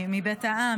מבית העם,